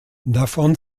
davon